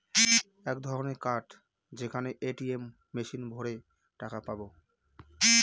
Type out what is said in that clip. এক ধরনের কার্ড যেটাকে এ.টি.এম মেশিনে ভোরে টাকা পাবো